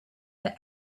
the